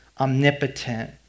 omnipotent